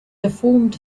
deformed